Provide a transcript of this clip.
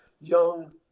young